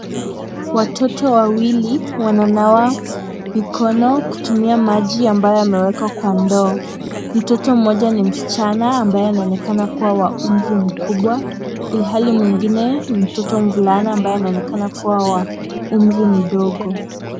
Watoto wawili wananawa mikono kutumia maji ambayo yamewekwa kwa ndoo. Mtoto mmoja ni msichana ambaye anaonekana kuwa wa amri mkubwa ilhali mwingine ni mtoto mvulana ambaye anaonekana kuwa wa umri mdogo.